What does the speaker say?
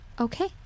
Okay